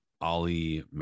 ali